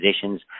positions